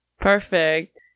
perfect